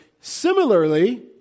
Similarly